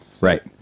Right